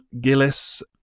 Gillis